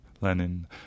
Lenin